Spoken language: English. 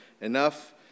enough